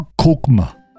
kokma